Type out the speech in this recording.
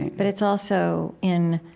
but it's also in,